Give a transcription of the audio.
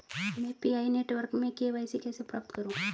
मैं Pi network में KYC कैसे प्राप्त करूँ?